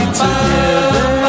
together